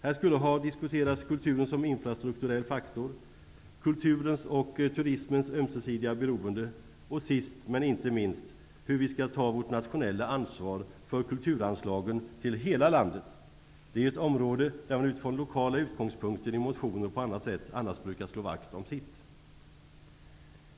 Här borde ha diskuterats kulturen som infrastrukturell faktor, kulturens och turismens ömsesidiga beroende och, sist men inte minst, hur vi skall ta vårt nationella ansvar för kulturanslagen till hela landet. Det är ju ett område där man utifrån lokala utgångspunkter i motioner och på annat sätt annars brukar slå vakt om sitt.